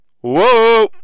Whoa